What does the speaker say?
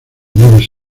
naves